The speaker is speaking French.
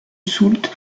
soultz